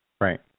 Right